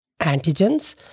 antigens